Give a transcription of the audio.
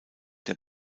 der